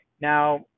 Now